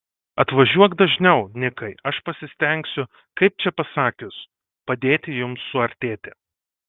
atvažiuok dažniau nikai aš pasistengsiu kaip čia pasakius padėti jums suartėti